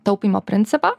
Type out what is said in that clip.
taupymo principą